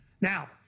Now